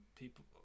people